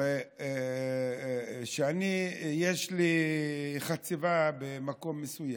הרי אני, כשיש לי חציבה במקום מסוים,